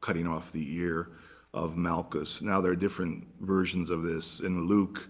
cutting off the ear of malchus. now, there are different versions of this in luke.